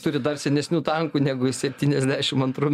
turi dar senesnių tankų negu septyniasdešim antrų